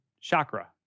chakra